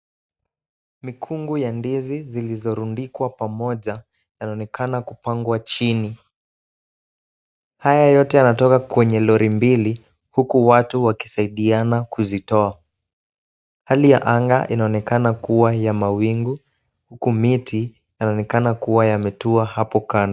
Mikungu ya ndizi zilizorundikwa pamoja, yanaonekana kupangwa chini. Haya yote yanatoka kwenye lori mbili, huku watu wakisaidiana kuzitoa. Hali ya anga inaonekana kuwa ya mawingu huku miti yanaonekana kama yametua hapo kando.